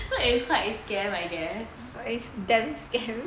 so it was quite a scam I guess